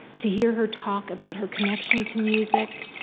to hear her talk about her connection to music,